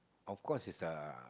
of course is